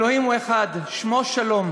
אלוהים הוא אחד, אלוהים לעַד,